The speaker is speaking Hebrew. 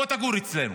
בוא תגור אצלנו.